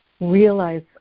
realize